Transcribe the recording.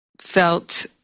felt